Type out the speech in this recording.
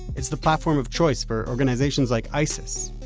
it's the platform of choice for organizations like isis,